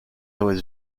was